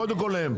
קודם כל להם,